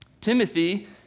Timothy